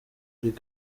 brig